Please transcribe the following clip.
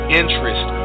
interest